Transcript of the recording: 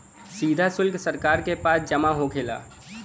सीधा सुल्क सरकार के पास जमा होखेला